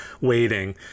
waiting